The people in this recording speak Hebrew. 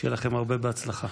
שיהיה לכם הרבה בהצלחה.